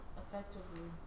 effectively